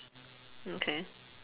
okay